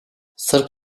sırp